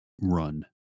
run